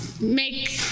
make